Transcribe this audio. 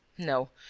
no,